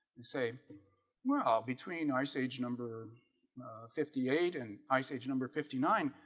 they say well between ice age number fifty eight and ice age number fifty nine.